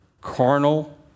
carnal